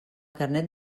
carnet